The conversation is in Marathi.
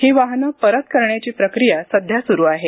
ही वाहनं परत करण्याची प्रक्रिया सध्या सुरू आहे